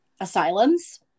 asylums